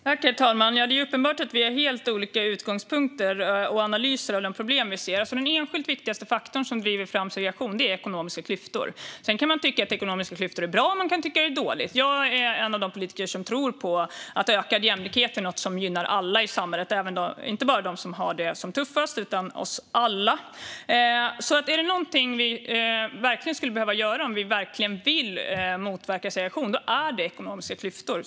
Herr talman! Det är uppenbart att jag och Ludvig Aspling har helt olika utgångspunkter och analyser av de problem vi ser. Den enskilt viktigaste faktor som driver fram segregation är ekonomiska klyftor. Sedan kan man tycka att ekonomiska klyftor är bra, och man kan tycka att det är dåligt. Jag är en av de politiker som tror att ökad jämlikhet är något som gynnar alla i samhället, inte bara de som har det tuffast utan oss alla. Om vi verkligen vill motverka segregation ska vi ge oss på de ekonomiska klyftorna.